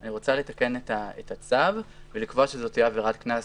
אני רוצה לתקן את הצו ולקבוע שזו תהיה עבירת קנס